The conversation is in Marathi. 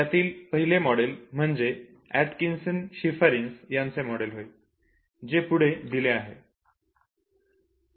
त्यातील पहिले मॉडेल म्हणजे ऍटकिंसन शिफरिन्स यांचे मॉडेल होय जे पुढे दिले आहे